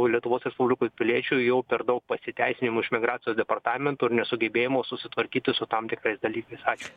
lietuvos respublikos piliečiui jau per daug pasiteisinimų iš migracijos departamento ir nesugebėjimo susitvarkyti su tam tikrais dalykais ačiū